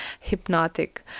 hypnotic